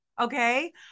Okay